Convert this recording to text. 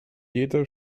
jeder